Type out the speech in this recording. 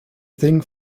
thing